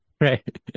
right